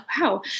wow